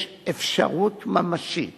יש אפשרות ממשית